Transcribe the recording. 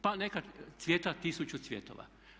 Pa neka cvijeta tisuću cvjetova.